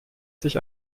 sich